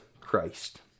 Christ